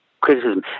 criticism